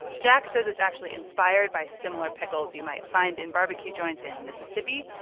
jack says it's actually inspired by similar pickles you might find in barbecue joints in mississippi.